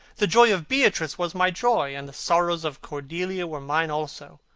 the joy of beatrice was my joy, and the sorrows of cordelia were mine also.